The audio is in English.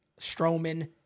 Strowman